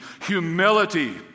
Humility